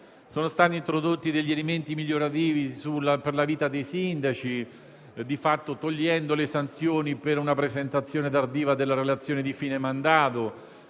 Sono stati introdotti elementi migliorativi per la vita dei sindaci, di fatto eliminando le sanzioni per una presentazione tardiva della relazione di fine mandato,